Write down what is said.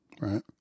right